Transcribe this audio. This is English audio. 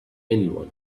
anyone